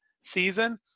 season